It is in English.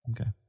Okay